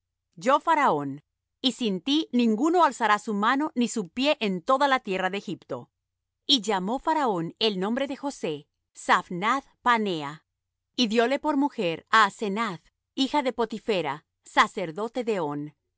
yo faraón y sin ti ninguno alzará su mano ni su pie en toda la tierra de egipto y llamó faraón el nombre de josé zaphnath paaneah y dióle por mujer á asenath hija de potipherah sacerdote de on